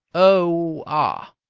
oh, ah!